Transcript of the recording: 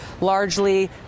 largely